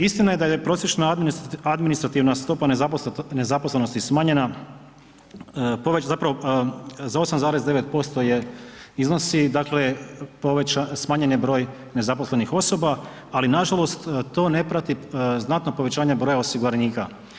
Istina je da je prosječna administrativna stopa nezaposlenosti smanjena, zapravo za 8,9% je iznosi, dakle smanjen je broj nezaposlenih osoba, ali nažalost to ne prati znatno povećanje broja osiguranika.